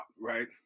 right